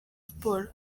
sports